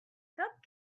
cup